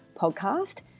podcast